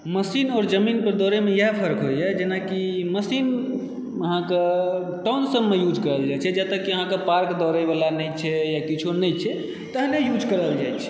machine आओर जमीनके दौड़एमे इएह फर्क होइए जेना की मशीन अहाँ कऽ काम सबमे यूज कयल जाइत छै जतय की अहाँ कऽ पार्क भरै बला नहि छै या किछु नहि छै तहने यूज कयल जाइत छै